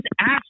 ask